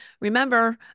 remember